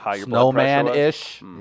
Snowman-ish